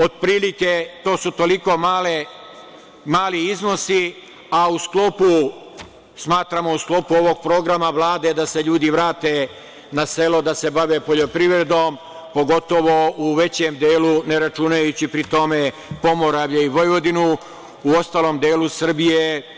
Otprilike tu su toliko mali iznosi a u sklopu, smatramo u sklopu ovog programa Vlade da se ljudi vrate na selo da se bave poljoprivrednom, pogotovo u većem delu ne računajući pri tome Pomoravlje i Vojvodinu, u ostalom delu Srbije.